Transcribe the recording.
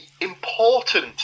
important